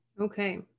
Okay